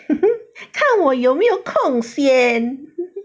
看我有没有空先